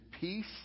peace